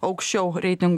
aukščiau reitingų